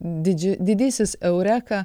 dydžiu didysis eureka